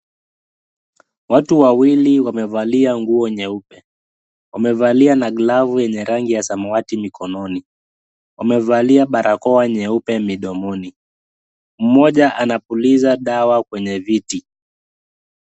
Watu wawili wamevalia nguo nyeupe. Wamevalia na glavu yenye rangi ya samawati mikononi. Wamevalia barakoa nyeupe midomoni. Mmoja anapuliza dawa kwenye viti.